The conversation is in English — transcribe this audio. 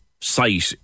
site